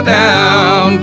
down